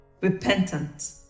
Repentant